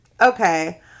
Okay